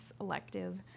elective